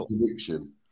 prediction